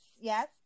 Yes